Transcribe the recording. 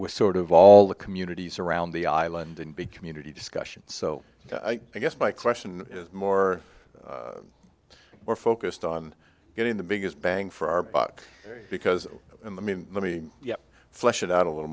with sort of all the communities around the island and big community discussions so i guess my question is more we're focused on getting the biggest bang for our buck because in the mean money yeah flush it out a little